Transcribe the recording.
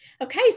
Okay